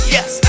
Yes